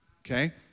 Okay